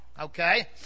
Okay